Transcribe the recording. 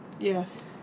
Yes